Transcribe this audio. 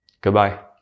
Goodbye